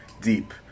deep